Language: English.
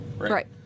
Right